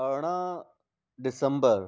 अरिड़हं डिसम्बर